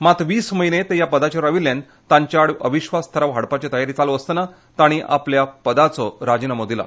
मात वीस म्हयने ते ह्या पदाचेर राविल्ल्यान तांचे आड अविश्वास थाराव हाडपाची तयारी चालू आसतनां तांणी आपल्या ह्या पदाचो राजिनामो दिलो